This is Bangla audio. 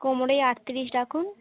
কোমর এই আটত্রিশ রাখুন